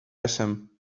esam